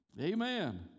Amen